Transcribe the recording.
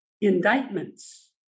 indictments